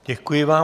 Děkuji vám.